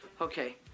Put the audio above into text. Okay